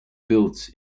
built